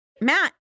Matt